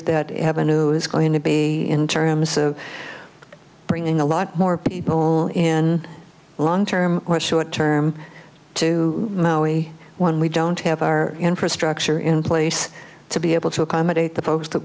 if that avenue is going to be in terms of bringing a lie more people in long term or short term to maui when we don't have our infrastructure in place to be able to accommodate the folks